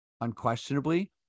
unquestionably